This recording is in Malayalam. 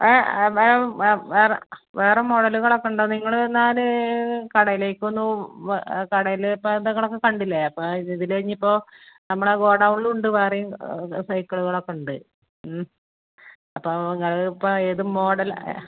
അപ്പം ആ വേറെ വേറെ മോഡലുകളൊക്കെ നോക്കുന്നുണ്ടോ നിങ്ങൾ എന്നാൽ കടയിലേക്ക് ഒന്ന് വ കടയില് സാധനങ്ങളൊക്കെ കണ്ടില്ലെ അപ്പോൾ ഇത് കഴിഞ്ഞ് ഇപ്പോൾ നമ്മളുടെ ഗോഡൗണിലുണ്ട് വേറെയും സൈക്കിളുകളൊക്കെ ഉണ്ട് ഉം അപ്പോൾ നിങ്ങൾ ഇപ്പോൾ ഏത് മോഡലാണ്